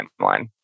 timeline